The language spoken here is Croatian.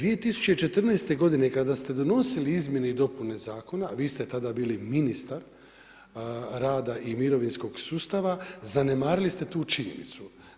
2014. g. kada ste donosili izmjene i dopune zakona, vi ste tada bili ministar rada i mirovinskog sustava, zanemarili ste tu činjenicu.